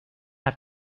have